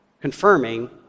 confirming